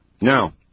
Now